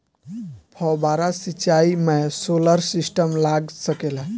फौबारा सिचाई मै सोलर सिस्टम लाग सकेला?